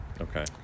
Okay